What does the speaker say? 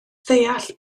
deall